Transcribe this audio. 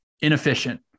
inefficient